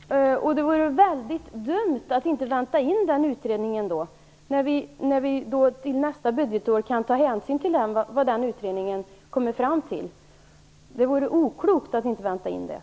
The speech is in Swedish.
Herr talman! En utredning är redan tillsatt. Det vore väldigt dumt att inte vänta in den utredningen när vi till nästa budgetår kan ta hänsyn till vad den utredningen kommer fram till. Det vore oklokt att inte vänta in den.